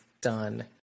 done